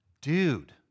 dude